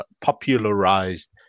popularized